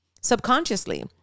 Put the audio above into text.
subconsciously